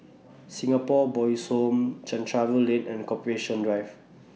Singapore Boys' Home Chencharu Lane and Corporation Drive